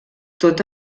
tot